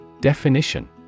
Definition